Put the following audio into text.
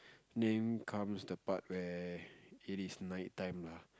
then comes the part where it is night time lah